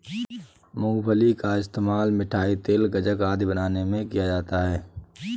मूंगफली का इस्तेमाल मिठाई, तेल, गज्जक आदि बनाने में किया जाता है